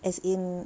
as in